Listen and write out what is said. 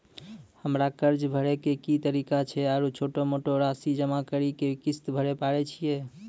हमरा कर्ज भरे के की तरीका छै आरू छोटो छोटो रासि जमा करि के किस्त भरे पारे छियै?